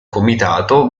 comitato